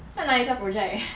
那哪里叫 project